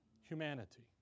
humanity